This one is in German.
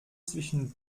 zwischen